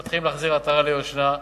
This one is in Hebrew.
מתחילים להחזיר עטרה ליושנה.